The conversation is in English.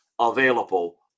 available